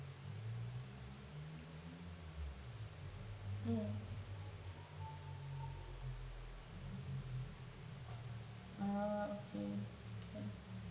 mm ah okay